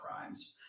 crimes